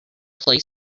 play